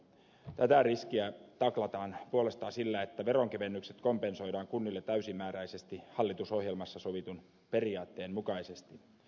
tätä riskiä taklataan puolestaan sillä että veronkevennykset kompensoidaan kunnille täysimääräisesti hallitusohjelmassa sovitun periaatteen mukaisesti